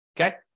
Okay